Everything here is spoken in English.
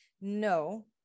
No